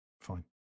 fine